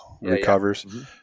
recovers